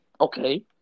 Okay